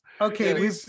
Okay